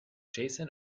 jason